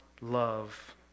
love